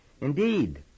Indeed